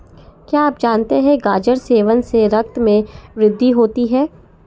क्या आप जानते है गाजर सेवन से रक्त में वृद्धि होती है?